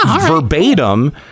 verbatim